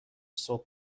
صبح